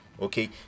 okay